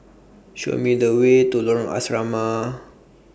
Show Me The Way to Lorong Asrama